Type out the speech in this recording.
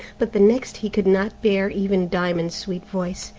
but the next he could not bear even diamond's sweet voice,